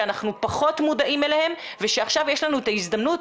שאנחנו פחות מודעים אליהם ושעכשיו יש לנו את ההזדמנות.